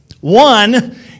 One